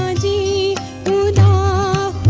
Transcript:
ah da da